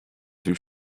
vue